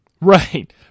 Right